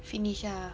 finish ah